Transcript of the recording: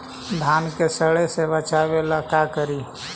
धान के सड़े से बचाबे ला का करि?